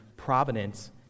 providence